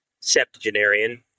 septuagenarian